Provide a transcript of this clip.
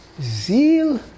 Zeal